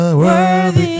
worthy